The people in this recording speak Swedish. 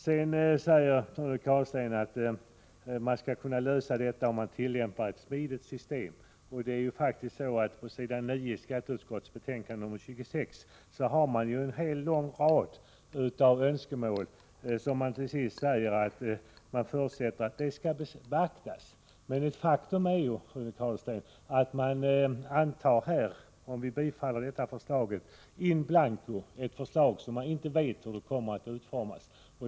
Rune Carlstein säger vidare att man bör kunna lösa problemen om man tillämpar ett smidigt system. Men på s. 9 i skatteutskottets betänkande 26 pekar utskottsmajoriteten på en lång rad förhållanden som måste uppmärksammas, och skrivningen avslutas med att utskottet förutsätter att dessa påpekanden skall beaktas. Det är ju ett faktum, Rune Carlstein, att ett bifall i dag innebär att vi in blanko antar ett förslag vars utformning vi inte vet någonting om.